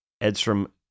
Edstrom